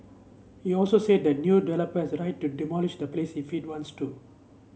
he also said that the new developer has the right to demolish the place if it wants to